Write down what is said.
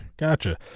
Gotcha